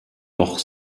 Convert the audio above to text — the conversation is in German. doch